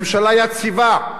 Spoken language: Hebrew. ממשלה יציבה,